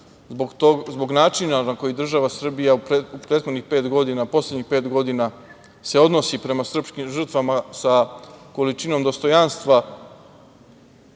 zbog načina na koji država Srbija u prethodnih pet godina, poslednjih pet godina se odnosi prema srpskim žrtvama sa količinom dostojanstva